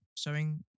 Showing